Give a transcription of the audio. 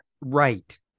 right